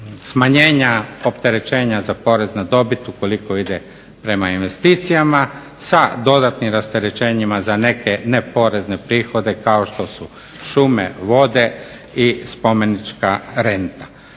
smanjenja opterećenja za porez na dobit ukoliko ide prema investicijama sa dodatnim rasterećenjima za neke neporezne prihode kao što su šume, vode i spomenička renta.